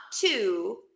two